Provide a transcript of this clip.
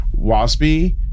Waspy